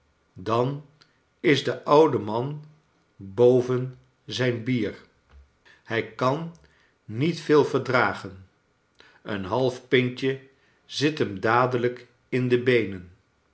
dan is de oude man boven zijn bier hij kan niet veel verdragen een half pintje zit hem dadelijk in de beenen